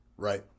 Right